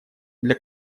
для